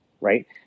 right